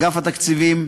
לאגף התקציבים,